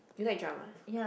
you like drum ah